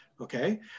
okay